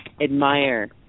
admire